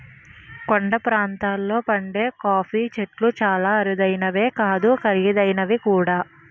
కొండ ప్రాంతాల్లో పండే కాఫీ చెట్లు చాలా అరుదైనవే కాదు ఖరీదైనవి కూడా